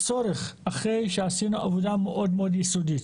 אחרי שעשינו עבודה מאוד מאוד יסודית